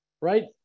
right